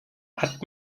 hat